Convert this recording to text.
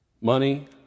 Money